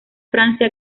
francia